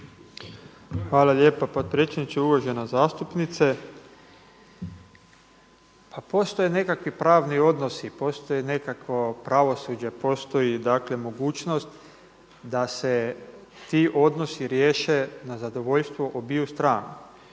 Hvala lijepa potpredsjedniče Sabora. Uvažena zastupnice. Pa postoje nekakvi pravni odnosi, postoji nekakvo pravosuđe, postoji mogućnost da se ti odnosi riješe na zadovoljstvo obiju strana.